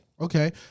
Okay